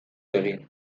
egin